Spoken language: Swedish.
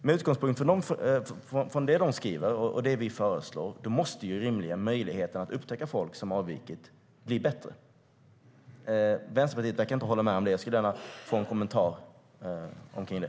Med utgångspunkt i det de skriver och det som vi föreslår måste möjligheten att upptäcka folk som avvikit rimligen bli bättre. Vänsterpartiet verkar inte hålla med om det. Jag vill gärna ha en kommentar till det.